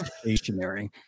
stationary